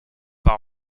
par